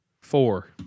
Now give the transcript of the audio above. four